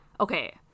Okay